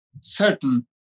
certain